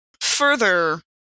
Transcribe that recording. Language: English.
further